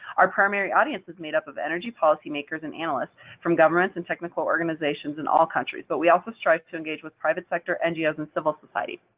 our primary audience is made up of energy policymakers and analysts from governments and technical organizations in all countries, but we also strive to engage with private sector ngos and civil society.